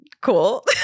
cool